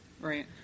Right